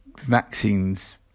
vaccines